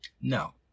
No